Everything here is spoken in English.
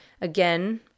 again